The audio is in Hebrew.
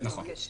אין קשר.